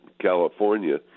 California